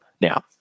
Now